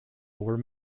were